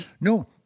No